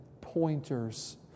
pointers